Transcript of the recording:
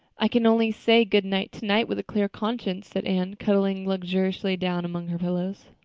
i can only say good night tonight with a clear conscience, said anne, cuddling luxuriously down among her pillows.